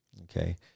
Okay